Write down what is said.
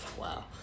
Wow